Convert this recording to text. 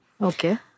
Okay